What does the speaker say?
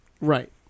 right